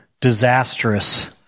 disastrous